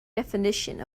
definition